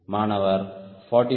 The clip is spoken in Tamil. மாணவர் 44